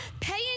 paying